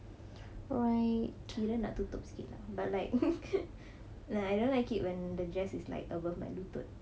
kira nak tutup sikit lah but like like I don't like it when the dress is like above my lutut